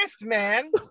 man